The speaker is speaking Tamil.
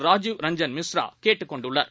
ராஜிவ்ரஞ்சன்மிஸ்ராகேட்டுக்கொண்டுள்ளார்